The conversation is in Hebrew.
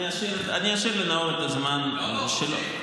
אני אשאיר לנאור את הזמן שלו.